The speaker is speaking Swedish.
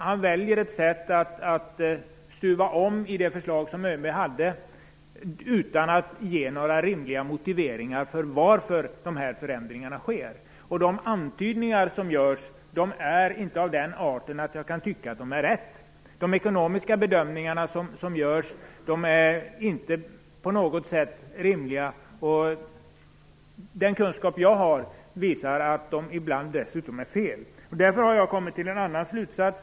Han väljer att stuva om i ÖB:s förslag utan att ge rimliga motiveringar till varför de här förändringarna sker. De antydningar som görs är inte av den arten att jag kan tycka att de är riktiga. De ekonomiska bedömningar som görs är inte på något sätt rimliga. Den kunskap som jag har säger att de ibland dessutom är felaktiga. Därför har jag kommit till en annan slutsats.